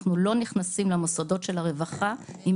אנחנו לא נכנסים למוסדות של הרווחה אם